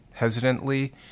hesitantly